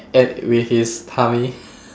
and with his tummy